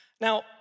Now